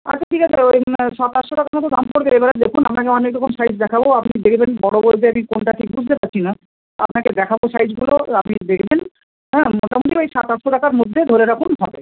আচ্ছা ঠিক আছে ওই সাত আটশো টাকা মতো দাম পড়বে এবার দেখুন আপনাকে অনেক রকম সাইজ দেখাবো আপনি ডেলিভারি বড়ো বলতে আপনি কোনটা ঠিক বুঝতে পারছি না আপনাকে দেখাবো সাইজগুলো আপনি দেখবেন হ্যাঁ মোটামুটি ওই সাত আটশো টাকার মধ্যে ধরে রাখুন হবে